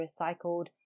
recycled